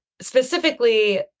specifically